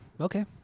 okay